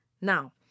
Now